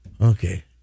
okay